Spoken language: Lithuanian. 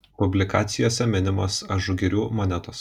publikacijose minimos ažugirių monetos